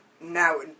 Now